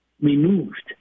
removed